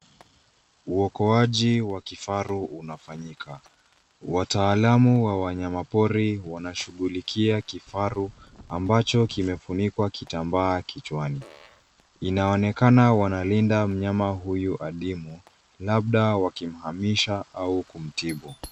Uokoaji wa kifaru unafanyika. Wataalamu wa wanyamapori wanashughulikia kifaru ambacho kimefunikwa kitambaa kichwani. Inaonekana wanalinda mnyama huyu adimu, labda wakimhamisha au kumtibu.